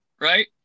right